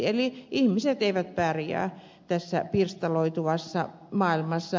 eli ihmiset eivät pärjää tässä pirstaloituvassa maailmassa